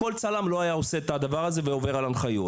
אף צלם לא היה עושה את הדבר הזה ועובר על ההנחיות.